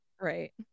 Right